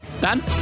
Dan